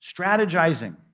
Strategizing